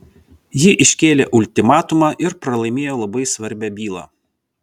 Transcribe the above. ji iškėlė ultimatumą ir pralaimėjo labai svarbią bylą